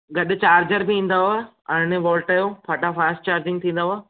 गॾु चार्जर बि ईंदव अरिड़हें वॉल्ट जो फ़टा फ़ास्ट चार्जींग थींदव